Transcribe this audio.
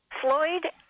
Floyd